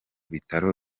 bitaro